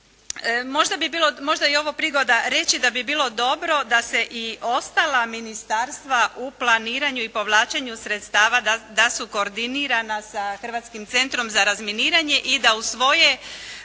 Možda je ovo prigoda reći da bi bilo dobro da se i ostala ministarstva u planiranju i povlačenju sredstava da su koordinirana sa Hrvatskim centrom za razminiranje i da u